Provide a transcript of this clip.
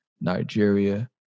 Nigeria